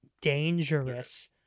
dangerous